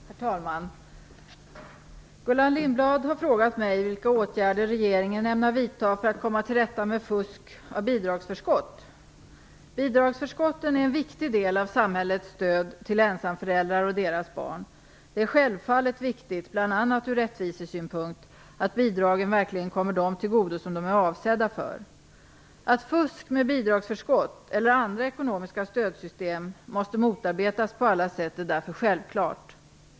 Herr talman! Gullan Lindblad har frågat mig vilka åtgärder regeringen ämnar vidta för att komma till rätta med fusk rörande bidragsförskott. Bidragsförskotten är en viktig del av samhällets stöd till ensamföräldrar och deras barn. Det är självfallet viktigt, bl.a. ur rättvisesynpunkt, att bidragen verkligen kommer dem till godo som de är avsedda för. Att fusk med bidragsförskott eller andra ekonomiska stödsystem måste motarbetas på alla sätt är därför självklart.